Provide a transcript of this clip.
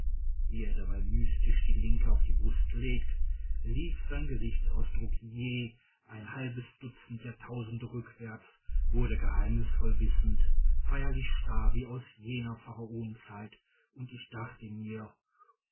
wie er dabei mystisch die linke auf die brust legte lief sein gesichtsausdruck jäh ein halbes dutzend jahrtausende rückwärts wurde geheimnisvoll wissend feierlich starr wie aus ferner pharaonenzeit und ich dachte mir